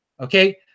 Okay